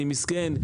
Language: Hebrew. אני מסכן,